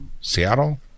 Seattle